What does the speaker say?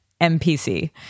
MPC